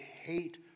hate